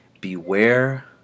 Beware